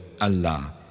Allah